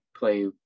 Play